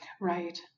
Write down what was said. Right